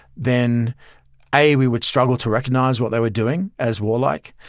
then a we would struggle to recognize what they were doing as warlike,